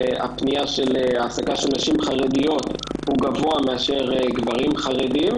שהפנייה של העסקה של נשים חרדיות גבוהה מאשר של גברים חרדים,